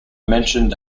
mentioned